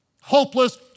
hopeless